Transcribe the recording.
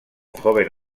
joven